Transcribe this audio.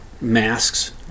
masks